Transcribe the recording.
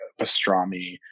pastrami